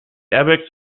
airbags